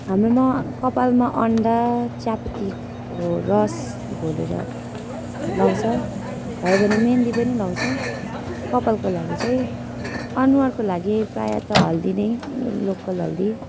हाम्रोमा कपालमा अन्डा चियापत्तीको रस घोलेर लाउँछ भयो भने मेहेन्दी पनि लाउँछ कपालको लागि चाहिँ अनुहारको लागि प्रायः त हर्दी नै लोकल हर्दी